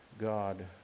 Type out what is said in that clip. God